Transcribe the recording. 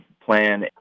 plan